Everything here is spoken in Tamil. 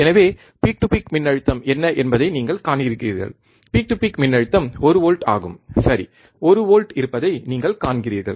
எனவே பீக் டு பீக் மின்னழுத்தம் என்ன என்பதை நீங்கள் காண்கிறீர்கள் பீக் டு பீக் மின்னழுத்தம் ஒரு வோல்ட் ஆகும் சரி 1 வோல்ட் இருப்பதை நீங்கள் காண்கிறீர்கள்